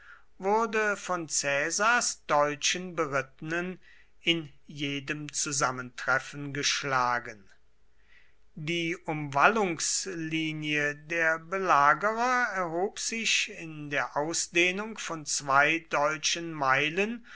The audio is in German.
wurde von caesars deutschen berittenen in jedem zusammentreffen geschlagen die umwallungslinie der belagerer erhob sich in der ausdehnung von zwei deutschen meilen